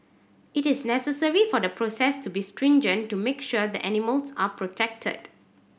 it is necessary for the process to be stringent to make sure that animals are protected